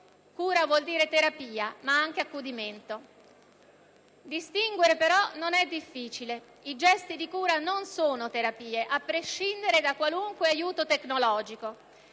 cura vuol dire terapia, ma anche accudimento. Distinguere, però, non è difficile: i gesti di cura non sono terapie, a prescindere da qualunque aiuto tecnologico.